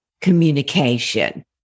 communication